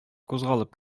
кузгалып